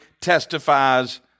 testifies